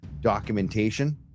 documentation